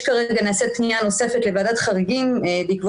כרגע נעשית פנייה נוספת לוועדת חריגים בעקבות